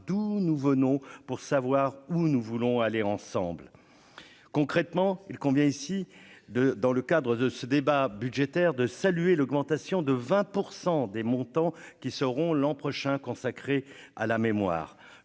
d'où nous venons pour savoir où nous voulons aller ensemble, concrètement, il convient ici de dans le cadre de ce débat budgétaire de saluer l'augmentation de 20 % des montants qui seront l'an prochain, consacré à la mémoire